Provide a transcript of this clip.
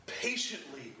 patiently